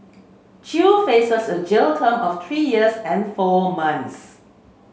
chew faces a jail term of three years and four months